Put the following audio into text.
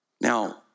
Now